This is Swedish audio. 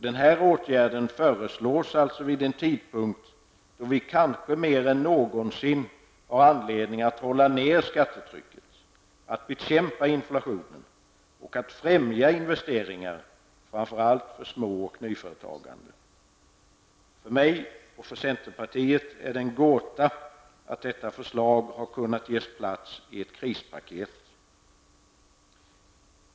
Den här åtgärden föreslås alltså vid en tidpunkt då vi kanske mer än någonsin har anledning att hålla ner skattetrycket, att bekämpa inflationen och att främja investeringar, framför allt för små och nyföretagande. För mig och för centerpartiet är det en gåta att detta förslag har kunnat ges plats i ett krispaket.